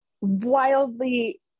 wildly